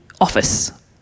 office